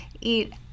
eat